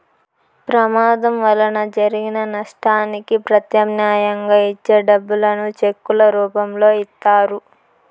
ప్రమాదం వలన జరిగిన నష్టానికి ప్రత్యామ్నాయంగా ఇచ్చే డబ్బులను చెక్కుల రూపంలో ఇత్తారు